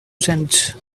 cents